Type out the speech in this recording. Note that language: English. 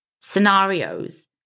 Scenarios